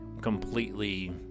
completely